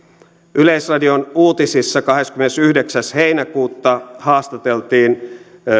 yleisradion uutisissa kahdeskymmenesyhdeksäs heinäkuuta haastateltiin